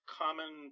common